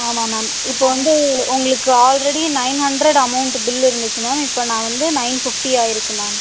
ஆமாம் மேம் இப்போ வந்து உங்களுக்கு already nine hundred amount bill இருந்துச்சு மேம் இப்போ நான் வந்து நைன் ஃபிஃப்டி ஆயிருக்கு மேம்